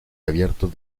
abiertos